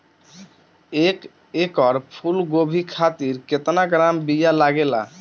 एक एकड़ फूल गोभी खातिर केतना ग्राम बीया लागेला?